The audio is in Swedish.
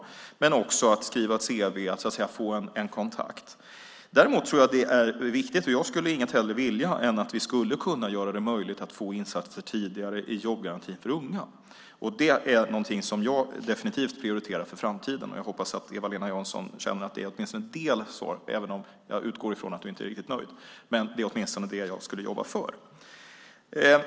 Men det handlar också om att skriva ett cv och få en kontakt. Däremot tror jag att det är viktigt, och jag skulle inget hellre vilja än att göra det möjligt, att få insatser tidigare i jobbgarantin för unga. Det är någonting som jag definitivt prioriterar för framtiden. Jag hoppas att Eva-Lena Jansson känner att det åtminstone är ett delsvar, även om jag utgår från att du inte är riktigt nöjd. Det är åtminstone det jag skulle jobba för.